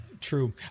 true